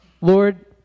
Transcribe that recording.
Lord